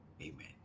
Amen